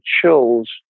chills